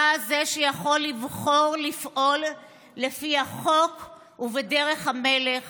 אתה זה שיכול לבחור לפעול לפי החוק ובדרך המלך